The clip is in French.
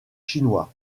chinois